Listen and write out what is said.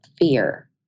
fear